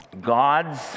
God's